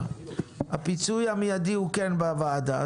הפיצוי המיידי הוא כן בוועדה,